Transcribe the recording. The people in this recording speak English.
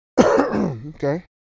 Okay